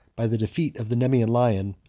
by the defeat of the nemaean lion,